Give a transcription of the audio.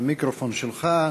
המיקרופון שלך.